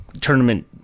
tournament